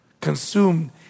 Consumed